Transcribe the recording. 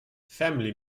family